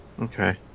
Okay